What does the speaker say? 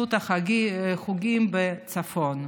וסבסוד החוגים בצפון.